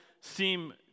seem